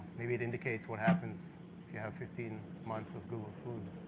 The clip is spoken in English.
maybe it indicates what happens if you have fifteen months of google food.